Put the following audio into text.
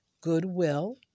goodwill